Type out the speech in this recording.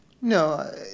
No